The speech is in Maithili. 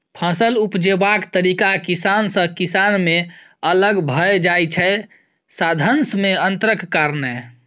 फसल उपजेबाक तरीका किसान सँ किसान मे अलग भए जाइ छै साधंश मे अंतरक कारणेँ